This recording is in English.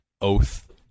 oath